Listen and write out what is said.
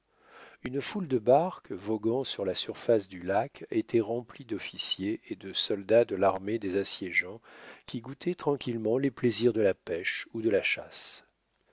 une foule de barques voguant sur la surface du lac étaient remplies d'officiers et de soldats de l'armée des assiégeants qui goûtaient tranquillement les plaisirs de la pêche ou de la chasse